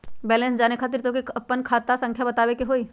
Balance जाने खातिर तोह के आपन खाता संख्या बतावे के होइ?